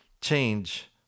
change